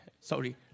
sorry